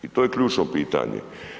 I to je ključno pitanje.